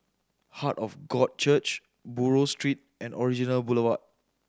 Heart of God Church Buroh Street and Orchard Boulevard